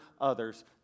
others